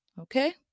Okay